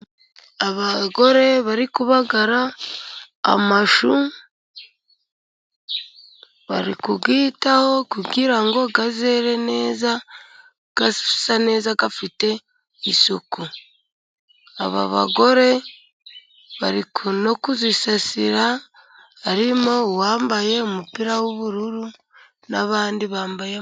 Abagore bari kubagara amashu, bari kuyitaho kugira ngo azere neza asa neza afite isuku. Aba bagore bari no kuyasasira, harimo uwambaye umupira w'ubururu n'abandi bambaye...